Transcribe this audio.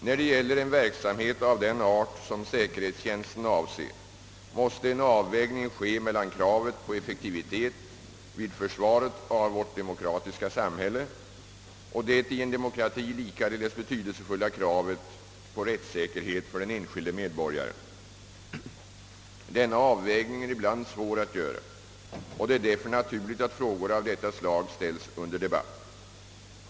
När det gäller en verksamhet av den art som säkerhetstjänsten avser måste en avvägning ske mellan kravet på effektivitet vid försvaret av vårt demokratiska samhälle och det i en demo krati likaledes betydelsefulla kravet på rättssäkerhet för den enskilde medborgaren, Denna avvägning är ibland svår att göra och det är därför naturligt att frågor av detta slag ställs under debatt.